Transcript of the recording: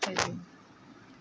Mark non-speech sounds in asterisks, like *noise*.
*unintelligible*